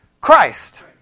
Christ